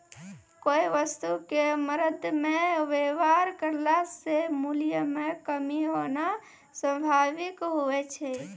कोय वस्तु क मरदमे वेवहार करला से मूल्य म कमी होना स्वाभाविक हुवै छै